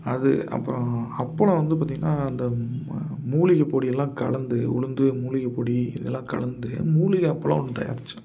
அது அப்புறம் அப்பளம் வந்து பார்த்திங்கன்னா இந்த மூலிகை பொடியெலாம் கலந்து உளுந்து மூலிகை பொடி இதெல்லாம் கலந்து மூலிகை அப்பளம் ஒன்று தயாரித்தேன்